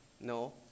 no